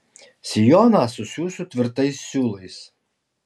sijoną susiųsiu tvirtais siūlais